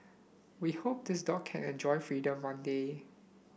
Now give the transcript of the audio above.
we hope this dog can enjoy freedom one day